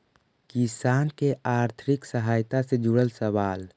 किसान के आर्थिक सहायता से जुड़ल सवाल?